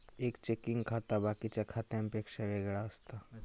एक चेकिंग खाता बाकिच्या खात्यांपेक्षा वेगळा असता